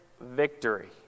Victory